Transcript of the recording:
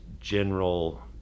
general